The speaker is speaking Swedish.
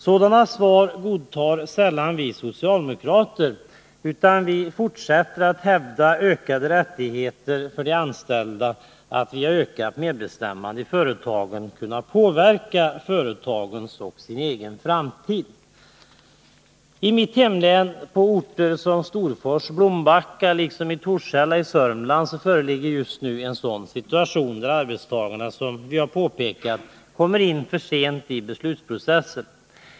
Sådana svar godtar sällan vi socialdemokrater, utan vi fortsätter att hävda de anställdas rättigheter att via ökat medbestämmande i företagen påverka företagens och de anställdas framtid. I mitt hemlän, i orter som Storfors och Blombacka, liksom i Torshälla i Södermanland föreligger nu en sådan situation där arbetstagarna, som vi har påpekat, kommer in för sent i beslutsprocessen.